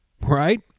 right